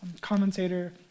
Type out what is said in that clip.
Commentator